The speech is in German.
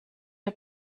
der